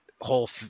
whole